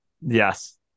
Yes